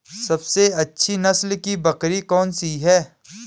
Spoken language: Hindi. सबसे अच्छी नस्ल की बकरी कौन सी है?